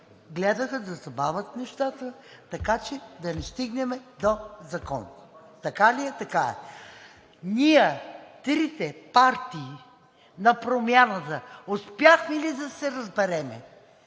гледаха да забавят нещата, така че да не стигнем до закон. Така ли е? Така е! Ние, трите партии на промяната, успяхме ли да се разберем?